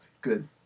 good